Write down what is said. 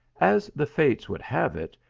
as the fates would have it,